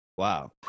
Wow